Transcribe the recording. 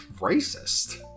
racist